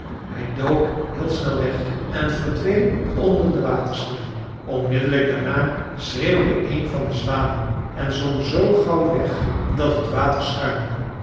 hij dook heel snel weg en verdween onder den waterspiegel onmiddellijk daarna schreeuwde een van de zwanen en zwom z gauw weg dat het water schuimde